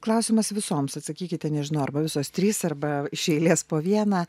klausimas visoms atsakykite nežinau arba visos trys arba iš eilės po vieną